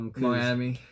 Miami